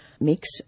mix